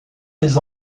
les